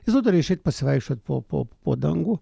jis nutarė išeiti pasivaikščioti po po po dangų